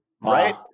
Right